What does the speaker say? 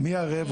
מי ערב?